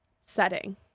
setting